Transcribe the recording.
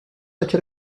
echar